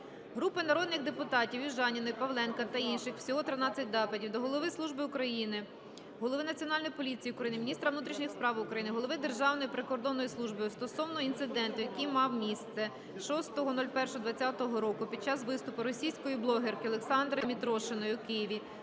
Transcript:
Групи народних депутатів (Южаніної, Павленка та інших. Всього 13 депутатів) до Голови Служби безпеки України, голови Національної поліції України, міністра внутрішніх справ України, голови Державної прикордонної служби стосовно інциденту, який мав місце 06.01.2020 року під час виступу російської блогерки Олександри Мітрошиної у Києві,